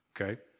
Okay